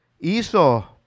Esau